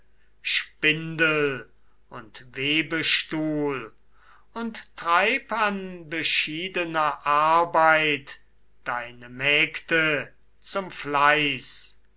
spindel und webestuhl und treib an beschiedener arbeit deine mägde zum fleiß